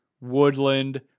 Woodland